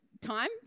time